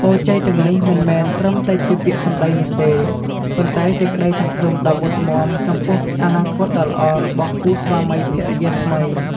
ពរជ័យទាំងនេះមិនមែនត្រឹមតែជាពាក្យសំដីនោះទេ ប៉ុន្តែជាក្ដីសង្ឃឹមដ៏មុតមាំចំពោះអនាគតដ៏ល្អរបស់គូស្វាមីភរិយាថ្មី។